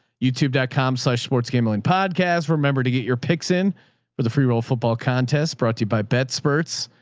youtube dot com slash sports gambling podcast. remember to get your picks in for the free roll football contest brought to you by bed spurts.